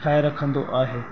ठाहे रखंदो आहे